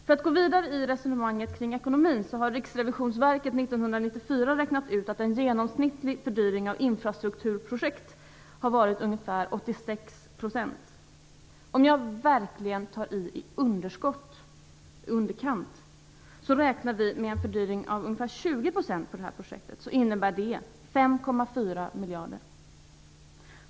För att gå vidare i resonemanget kring ekonomin vill jag säga att Riksrevisionsverket 1994 räknade ut att en genomsnittlig fördyring av infrastrukturprojekt på vägsidan har varit ungefär 86 %. Om jag verkligen tar till i underkant och räknar med en fördyring av det här projektet på bara 20 % innebär det 5,4 miljarder.